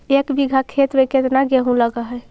एक बिघा खेत में केतना गेहूं लग है?